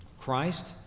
Christ